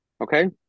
Okay